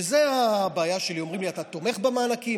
וזו הבעיה שלי, אומרים לי: אתה תומך במענקים?